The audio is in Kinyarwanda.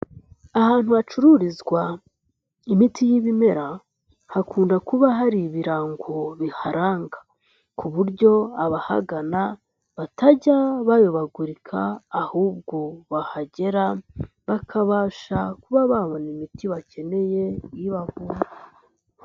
Ahantu hacururizwa imiti y'ibimera hakunda kuba hari ibirango biharanga, ku buryo abahagana batajya bayobagurika ahubwo bahagera bakabasha kuba babona imiti bakeneye ibavura.